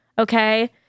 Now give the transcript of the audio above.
okay